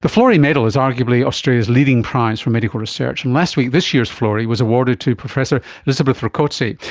the florey medal is arguably australia's leading prize for medical research, and last week this year's florey was awarded to professor elizabeth rakoczy,